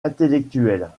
intellectuelles